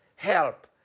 help